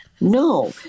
No